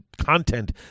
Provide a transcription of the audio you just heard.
content